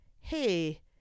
hey